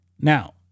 Now